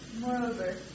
Moreover